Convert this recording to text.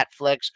netflix